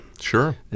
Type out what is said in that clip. Sure